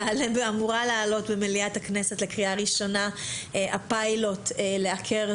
אמורה לעלות במליאת הכנסת לקריאה ראשונה הפיילוט "עקר,